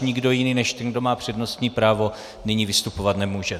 Nikdo jiný než ten, kdo má přednostní právo, nyní vystupovat nemůže.